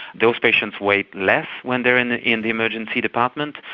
those patients wait less when they are in the in the emergency department,